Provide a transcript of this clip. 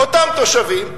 אותם תושבים,